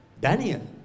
Daniel